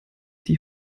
die